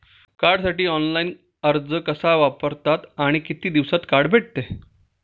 कार्डसाठी ऑनलाइन अर्ज कसा करतात आणि किती दिवसांत कार्ड भेटते?